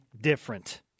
different